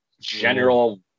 general